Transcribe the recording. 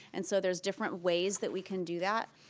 and so there's different ways that we can do that.